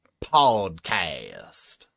Podcast